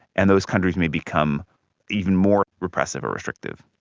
and those countries may become even more repressive or restrictive.